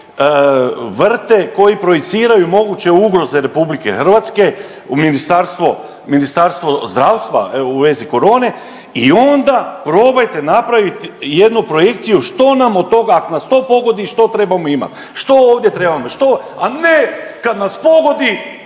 vrte, koji projiciraju moguće ugroze RH u ministarstvo, Ministarstvo zdravstva evo u vezi korone i onda probajte napraviti jednu projekciju što nam od toga, ak nas to pogoditi što trebamo imati, što ovdje trebamo, što, a ne kad nas pogodi